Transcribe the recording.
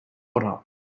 water